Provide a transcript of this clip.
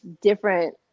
different